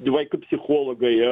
vaikų psichologai